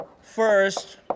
first